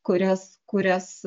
kurias kurias